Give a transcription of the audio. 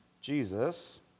Jesus